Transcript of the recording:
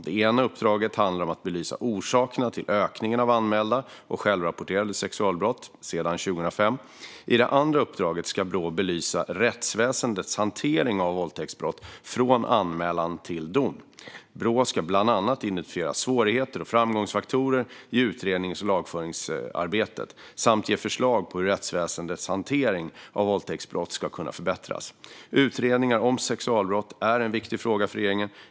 Det ena uppdraget handlar om att belysa orsakerna till ökningarna av anmälda och självrapporterade sexualbrott sedan 2005. I det andra uppdraget ska Brå belysa rättsväsendets hantering av våldtäktsbrott från anmälan till dom. Brå ska bland annat identifiera svårigheter och framgångsfaktorer i utrednings och lagföringsarbetet samt ge förslag på hur rättsväsendets hantering av våldtäktsbrott ska kunna förbättras. Utredningar om sexualbrott är en viktig fråga för regeringen.